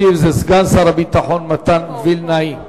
השר המשיב הוא סגן שר הביטחון מתן וילנאי.